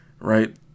right